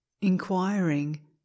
Inquiring